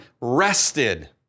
rested